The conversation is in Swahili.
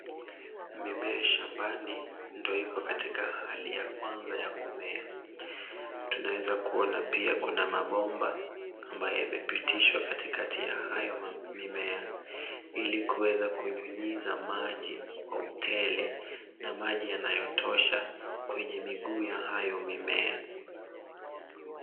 Mimea shambani ndio iko katika hali ya kwanza ya kumea. Tunaweza kuona pia kuna mabomba ambayo yamepitishwa katikati ya hayo mimea ili kuweza kunyunyiza maji kwa utele na maji yanayotosha kwenye miguu ya hayo mimea.